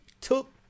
took